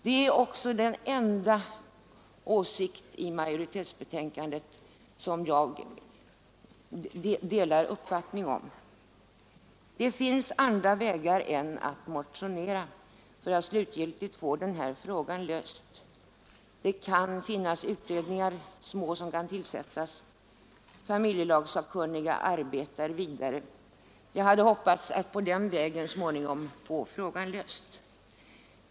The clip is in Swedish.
Det är också den enda åsikt i majoritetens skrivning som överensstämmer med min uppfattning. Vi har andra vägar än att motionera för att slutgiltigt få denna fråga löst: det kan tillsättas mindre utredningar, familjelagssakkunniga arbetar vidare etc. Jag hade hoppats att på den vägen så småningom få frågan löst.